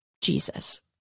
Jesus